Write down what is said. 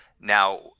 Now